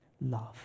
love